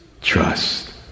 trust